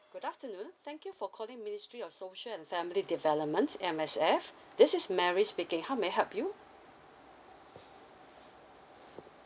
good afternoon thank you for calling ministry of social and family development M_S_F this is Mary speaking how may I help you